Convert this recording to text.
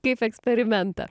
kaip eksperimentą